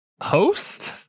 host